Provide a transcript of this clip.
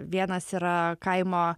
vienas yra kaimo